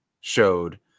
showed